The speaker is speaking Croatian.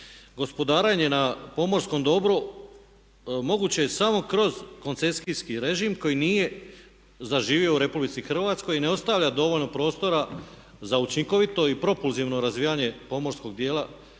Gospodarenje na pomorskom dobru moguće je samo kroz koncesijski režim koji nije zaživio u RH i ne ostavlja dovoljno prostora za učinkovito i propulzivno razvijanje pomorskog dijela